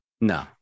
No